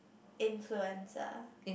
influenza